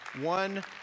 one